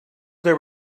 there